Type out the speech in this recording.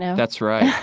yeah that's right.